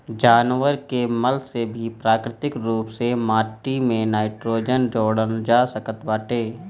जानवर के मल से भी प्राकृतिक रूप से माटी में नाइट्रोजन जोड़ल जा सकत बाटे